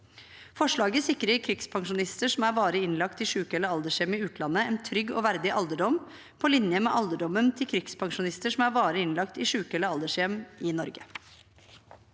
Forslaget sikrer krigspensjonister som er varig innlagt i syke- eller aldershjem i utlandet, en trygg og verdig alderdom, på linje med alderdommen til krigspensjonister som er varig innlagt i syke- eller aldershjem i Norge.